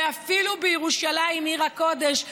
ואפילו בירושלים עיר הקודש,